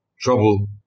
Trouble